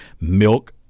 milk